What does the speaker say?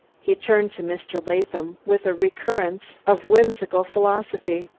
he turned to mr. latham, with a recurrence of whimsical philosophy.